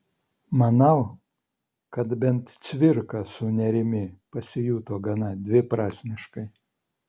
manau kad bent cvirka su nėrimi pasijuto gana dviprasmiškai